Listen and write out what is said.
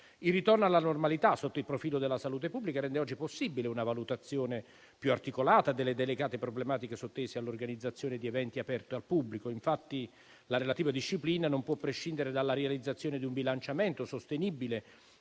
Il ritorno alla normalità sotto il profilo della salute pubblica rende oggi possibile una valutazione più articolata delle delicate problematiche sottese all'organizzazione di eventi aperti al pubblico, infatti la relativa disciplina non può prescindere dalla realizzazione di un bilanciamento sostenibile